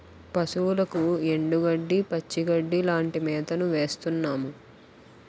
పశువులకు ఎండుగడ్డి, పచ్చిగడ్డీ లాంటి మేతను వేస్తున్నాము